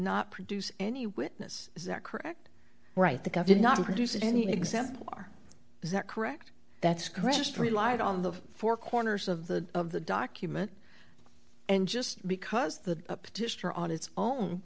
not produce any witness is that correct right they got did not produce any example are is that correct that's christe relied on the four corners of the of the document and just because the